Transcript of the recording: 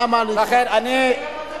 למה, הוא אמר "יום הווטרינרים".